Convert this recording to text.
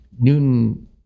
Newton